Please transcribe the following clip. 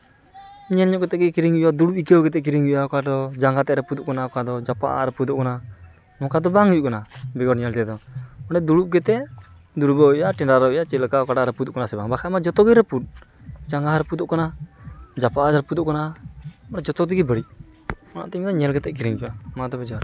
ᱧᱮᱞ ᱡᱚᱝ ᱠᱟᱛᱮ ᱠᱤᱨᱤᱧ ᱦᱩᱭᱩᱜᱼᱟ ᱫᱩᱲᱩᱵ ᱟᱹᱭᱠᱟᱹᱣ ᱠᱟᱛᱮ ᱠᱤᱨᱤᱧ ᱦᱩᱭᱩᱜᱼᱟ ᱚᱠᱟ ᱫᱚ ᱡᱟᱸᱜᱟᱛᱮ ᱨᱟᱹᱯᱩᱫᱚᱜ ᱠᱟᱱᱟ ᱚᱠᱟ ᱫᱚ ᱡᱟᱯᱟᱜᱼᱟᱜ ᱨᱟᱹᱯᱩᱫᱚᱜ ᱠᱟᱱᱟ ᱱᱚᱝᱠᱟ ᱫᱚ ᱵᱟᱝ ᱦᱩᱭᱩᱜ ᱠᱟᱱᱟ ᱵᱮᱜᱚᱨ ᱧᱮᱞ ᱛᱮᱫᱚ ᱚᱱᱮ ᱫᱩᱲᱩᱵ ᱠᱟᱛᱮ ᱫᱩᱲᱩᱵᱚᱜ ᱦᱩᱭᱩᱜᱼᱟ ᱴᱮᱸᱰᱟᱨᱚᱜ ᱦᱩᱭᱩᱜᱼᱟ ᱪᱮᱫᱞᱮᱠᱟ ᱚᱠᱟᱴᱟᱜ ᱨᱟᱹᱯᱩᱫᱚᱜ ᱠᱟᱱᱟ ᱥᱮ ᱵᱟᱝ ᱵᱟᱠᱷᱟᱱ ᱢᱟ ᱡᱚᱛᱚ ᱜᱮ ᱨᱟᱹᱯᱩᱫ ᱡᱟᱸᱜᱟ ᱦᱚᱸ ᱨᱟᱹᱯᱩᱫᱚᱜ ᱠᱟᱱᱟ ᱡᱟᱯᱟᱜᱼᱟᱜ ᱦᱚᱸ ᱨᱟᱹᱯᱩᱫᱚᱜ ᱠᱟᱱᱟ ᱢᱟᱱᱮ ᱡᱚᱛᱚ ᱛᱮᱜᱮ ᱵᱟᱹᱲᱤᱡ ᱚᱱᱟᱛᱤᱧ ᱢᱮᱱᱮᱫᱟ ᱧᱮᱞ ᱠᱟᱛᱮ ᱠᱤᱨᱤᱧ ᱯᱮ ᱢᱟ ᱛᱚᱵᱮ ᱡᱚᱦᱟᱨ